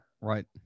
Right